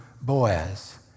Boaz